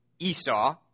Esau